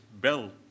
built